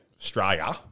Australia